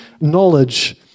knowledge